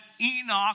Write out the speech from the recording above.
Enoch